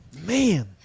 man